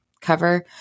cover